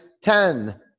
ten